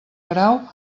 grau